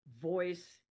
voice